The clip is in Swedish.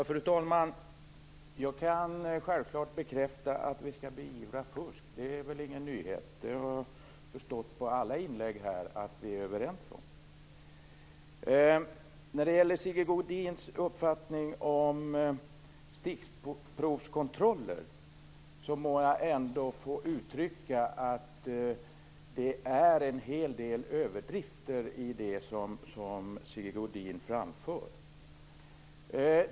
Fru talman! Jag kan självklart bekräfta att vi skall beivra fusk. Det är ingen nyhet, och jag har av alla inlägg här förstått att vi är överens om detta. När det gäller Sigge Godins uppfattning om stickprovskontroller må jag ändå få uttrycka att det är en hel del överdrifter i det som Sigge Godin anför.